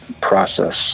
process